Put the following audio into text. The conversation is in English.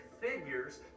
figures